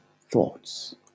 thoughts